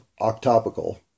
octopical